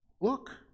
look